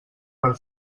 per